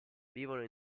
vivono